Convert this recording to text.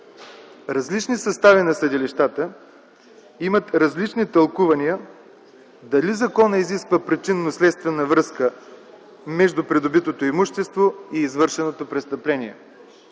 Различни състави на съдилищата имат различни тълкувания дали законът изисква причинно-следствена връзка между придобитото имущество и извършеното престъпление.